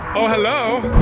oh hello!